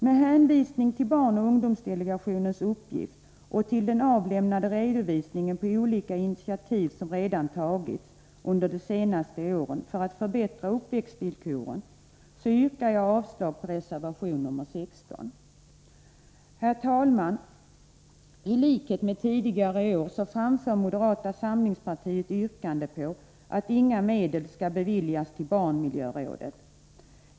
Med hänvisning till barnoch ungdomsdelegationens uppgift och till den avlämnade redovisningen av olika initiativ som tagits under det senaste året för att förbättra barnens uppväxtvillkor yrkar jag avslag på reservation 16. Herr talman! I likhet med vad man gjort tidigare yrkar moderata samlingspartiet på att inga medel beviljas barnmiljörådet.